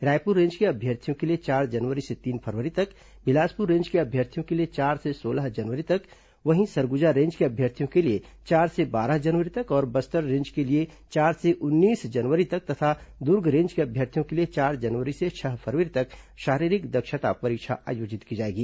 Raipur range के अभ्यर्थियों के लिए चार जनवरी से तीन फरवरी तक बिलासपुर रेंज के अभ्यर्थियों के लिए चार से सोलह जनवरी तक वहीं सरगुजा रेंज के अभ्यर्थियों के लिए चार से बारह जनवरी तक और बस्तर रेंज के लिए चार से उन्नीस जनवरी तक तथा दूर्ग रेंज के अभ्यर्थियों के लिए चार जनवरी से छह फरवरी तक शारीरिक दक्षता परीक्षा आयोजित की जाएगी